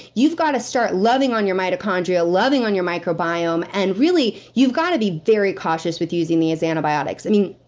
you've gotta start loving on your mitochondria, loving on your microbiome, and really, you've gotta be very cautious with using these antibiotics. i mean,